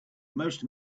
most